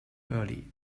early